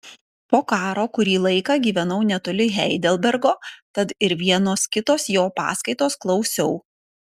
po karo kurį laiką gyvenau netoli heidelbergo tad ir vienos kitos jo paskaitos klausiau